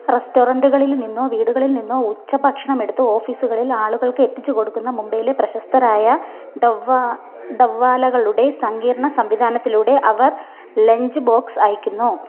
റെസ്റ്റോറൻ്റുകളിൽ നിന്നോ വീടുകളിൽ നിന്നോ ഉച്ചഭക്ഷണമെടുത്ത് ഓഫീസുകളിൽ ആളുകൾക്ക് എത്തിച്ചു കൊടുക്കുന്ന മുംബൈയിലെ പ്രശസ്തരായ ഡബ്ബ ഡബ്ബ വാലകളുടെ സങ്കീർണ്ണ സംവിധാനത്തിലൂടെ അവർ ലഞ്ച് ബോക്സ് അയയ്ക്കുന്നു